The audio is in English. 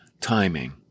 timing